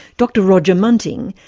dr roger munting,